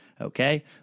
Okay